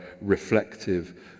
reflective